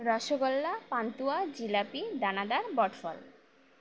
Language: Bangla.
রসগোল্লা পান্তুয়া জিলিপি দানাদার বটফল